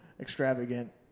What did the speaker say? extravagant